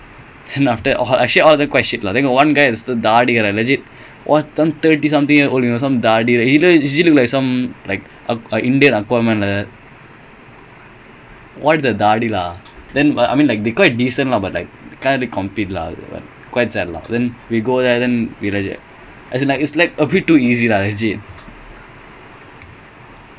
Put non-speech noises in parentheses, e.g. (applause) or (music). நம்ம திருப்பியும்:namma thiruppiyum (laughs) mmhmm